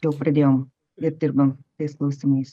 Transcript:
jau pradėjom ir dirbam tais klausimais